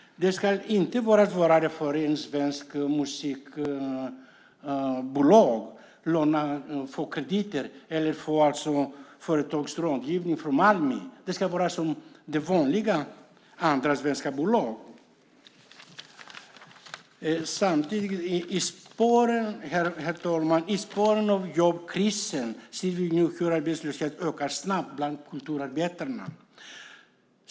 Det ska inte vara svårare för ett svenskt musikbolag att få krediter eller företagsrådgivning från Almi. Det ska vara som för vanliga andra svenska bolag. Herr talman! I spåren av jobbkrisen ser vi nu hur arbetslösheten ökar snabbt bland kulturarbetarna.